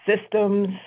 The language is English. systems